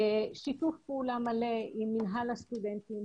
שיתוף פעולה מלא עם מינהל הסטודנטים,